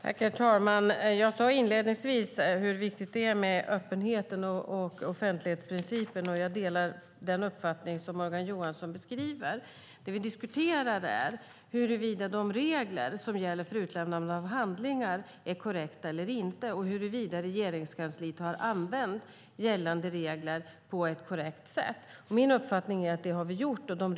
Herr talman! Jag sade inledningsvis hur viktigt det är med öppenheten och offentlighetsprincipen. Jag delar Morgan Johanssons uppfattning på den punkten. Vi diskuterar huruvida de regler som gäller för utlämnande av handlingar är korrekta eller inte och huruvida Regeringskansliet har använt gällande regler på ett korrekt sätt. Min uppfattning är att vi har gjort det.